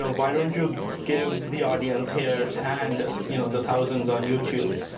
ah why don't you give the audience here and you know the thousands on youtube